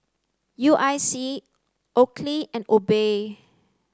U I C Oakley and Obey